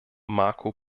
marco